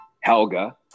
Helga